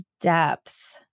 depth